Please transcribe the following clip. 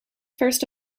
first